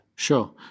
Sure